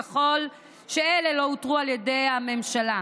ככל שאלה לא הותרו על ידי הממשלה.